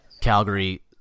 Calgary